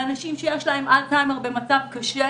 ואנשים שיש להם אלצהיימר במצב קשה,